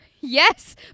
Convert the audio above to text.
Yes